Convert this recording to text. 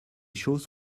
choses